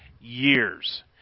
years